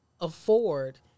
afford